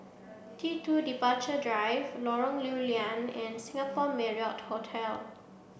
T Two Departure Drive Lorong Lew Lian and Singapore Marriott Hotel